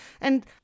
And